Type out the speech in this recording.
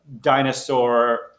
dinosaur